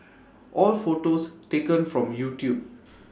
all photos taken from YouTube